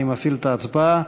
אני מפעיל את ההצבעה.